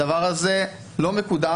הדבר הזה לא מקודם.